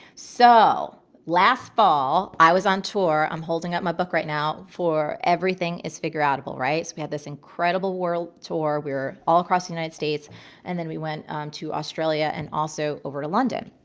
so last fall i was on tour. i'm holding up my book right now for everything is figureoutable, right? so we have this incredible world tour. we're all across the united states and then we went to australia and also over to london.